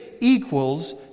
equals